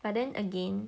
but then again